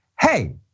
hey